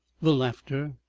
the laughter,